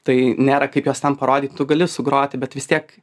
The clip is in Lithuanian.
tai nėra kaip jos ten parodyt tu gali sugroti bet vis tiek